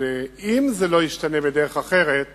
אבל אם זה לא ישתנה בדרך אחרת,